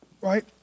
right